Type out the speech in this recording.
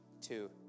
two